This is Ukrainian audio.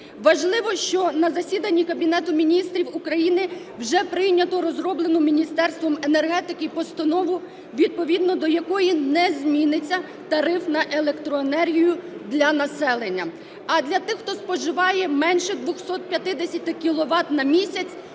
Важливо, що на засіданні Кабінету Міністрів України вже прийнято розроблену Міністерством енергетики постанову, відповідно до якої не зміниться тариф на електроенергію для населення, а для тих, хто споживає менше 250 кіловат на місяць,